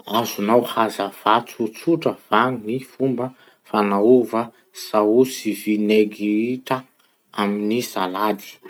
Azonao hazavà tsotsotra va ny fomba fanaova saosy vinaigitra amin'ny salady?